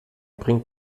bringt